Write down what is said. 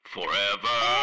Forever